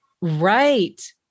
Right